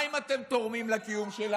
אם מה אם אתם תורמים לקיום שלנו?